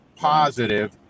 positive